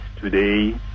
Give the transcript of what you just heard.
today